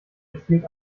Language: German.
erzielt